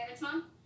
Mom